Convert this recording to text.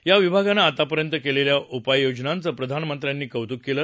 या विभागाने आतापर्यंत केलेल्या उपाययोजनांचं प्रधानमंत्री कौतुक केलं